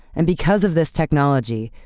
and because of this technology,